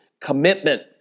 Commitment